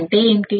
అంటే ఏంటి